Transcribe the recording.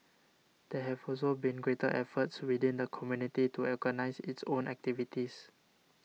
there have also been greater efforts within the community to organise its own activities